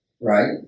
Right